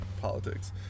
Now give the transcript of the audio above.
politics